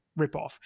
ripoff